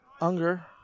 Unger